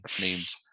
names